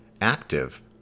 active